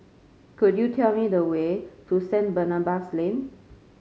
could you tell me the way to Saint Barnabas Lane